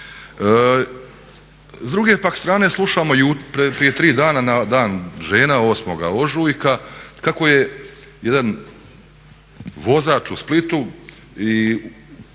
S druge pak strane slušamo prije tri dana, na Dan žena 8. ožujka, kako je jedan vozač u Splitu svojim